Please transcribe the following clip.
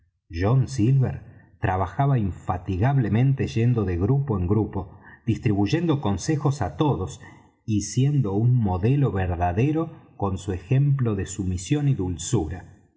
john silver trabajaba infatigablemente yendo de grupo en grupo distribuyendo consejos a todos y siendo un modelo verdadero con su ejemplo de sumisión y dulzura